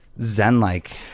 zen-like